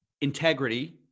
integrity